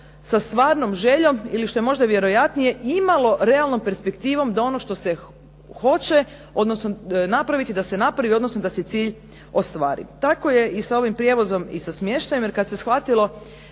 sa stvarnom željom, ili što je možda vjerojatnije, imalo realnom perspektivom da ono što se hoće, odnosno napraviti da se napravi, odnosno da se cilj ostvari. Tako je i sa ovim prijevozom i sa smještajem jer kad se shvatilo